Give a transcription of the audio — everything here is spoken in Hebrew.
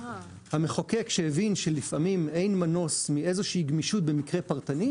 המחוקק שהבין שלפעמים אין מנוס מאיזשהי גמישות במקרה פרטני,